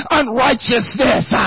unrighteousness